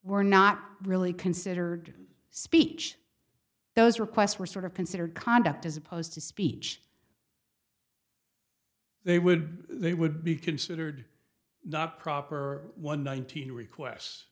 were not really considered speech those requests were sort of considered conduct as opposed to speech they would they would be considered not proper or one thousand request